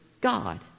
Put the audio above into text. God